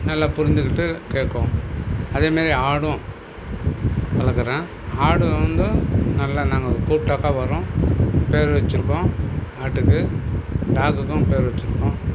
நல்லா புரிஞ்சுக்கிட்டு கேட்கும் அதேமாரி ஆடும் வளர்க்குறேன் ஆடும் வந்து நல்லா நாங்கள் கூப்பிட்டாக்கா வரும் பேர் வெச்சுருக்கோம் ஆட்டுக்கு டாகுக்கும் பேர் வெச்சுருக்கோம்